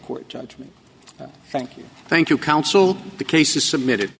court judgement thank you thank you counsel the case is submitted